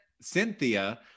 Cynthia